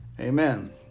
Amen